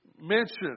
mention